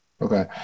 Okay